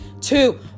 two